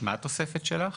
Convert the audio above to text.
מה התוספת שלך?